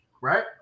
right